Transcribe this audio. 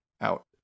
Out